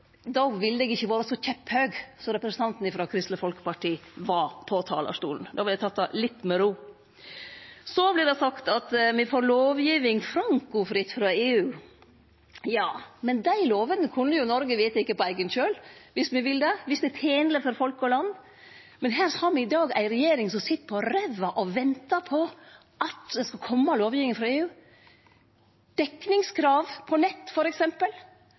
då ville eg ikkje vore så kjepphøg som representanten frå Kristeleg Folkeparti var på talarstolen. Då ville eg ha teke det litt med ro. Så vert det sagt at me får lovgiving frankofritt frå EU. Men dei lovene kunne jo Noreg vedteke på eigen kjøl – viss me ville det og det var tenleg for folk og land. Men me har i dag ei regjering som sit på ræva og ventar på at det skal kome lovgiving frå EU. Når det gjeld dekningskrav for nett,